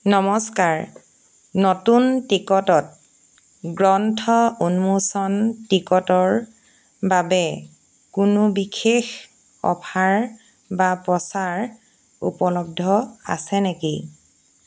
নমস্কাৰ নতুন টিকটত গ্ৰন্থ উন্মোচন টিকটৰ বাবে কোনো বিশেষ অফাৰ বা প্ৰচাৰ উপলব্ধ আছে নেকি